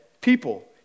people